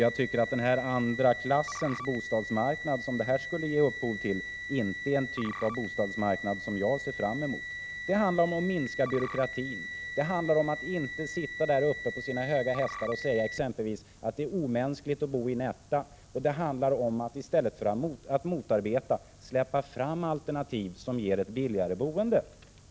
Jag tycker att den andra klassens bostadsmarknad som detta skulle ge 16 december 1986 upphov till inte är en typ av bostadsmarknad som jag ser fram emot. ER org SSR RA SE NA Det handlar om att minska byråkratin, att inte sitta på sina höga hästar och exempelvis säga att det är omänskligt att bo i en etta. Det handlar om att i stället för att motarbeta släppa fram alternativ som ger ett billigare boende.